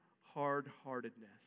hard-heartedness